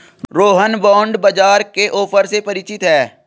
Rohan bond बाजार के offer से परिचित है